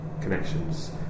connections